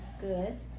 Good